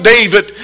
David